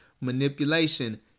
Manipulation